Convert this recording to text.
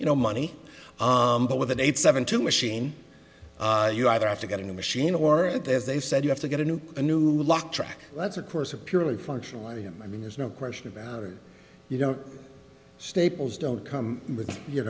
you know money but with an eight seven two machine you either have to get a new machine or it as they said you have to get a new a new lock track that's of course a purely functional him i mean there's no question about it you don't staples don't come with you